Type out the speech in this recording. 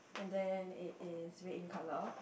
and then it is red in colour